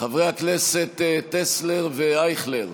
חברי הכנסת טסלר ואייכלר,